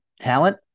talent